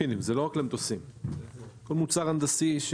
זה לא רק למטוסים, כל מוצר הנדסי,